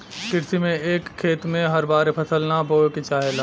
कृषि में एक खेत में हर बार एक फसल ना बोये के चाहेला